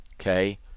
Okay